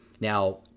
now